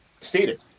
stated